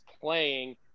playing